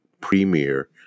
premier